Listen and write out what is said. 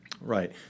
Right